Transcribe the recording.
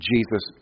Jesus